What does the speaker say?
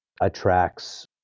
attracts